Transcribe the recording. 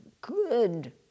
good